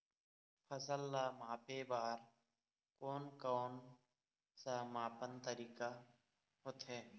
फसल ला मापे बार कोन कौन सा मापन तरीका होथे?